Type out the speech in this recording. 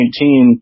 2019